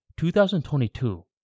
2022